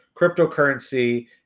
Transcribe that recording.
cryptocurrency